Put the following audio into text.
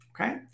Okay